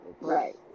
right